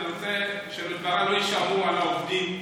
אני רוצה שמדבריי לא ישתמע על העובדים,